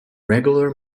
regular